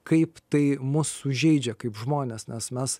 kaip tai mus sužeidžia kaip žmones nes mes